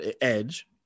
edge